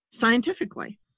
scientifically